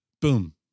Boom